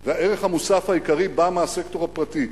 והערך המוסף העיקרי בא מהסקטור הפרטי.